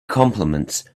compliments